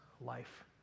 life